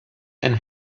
and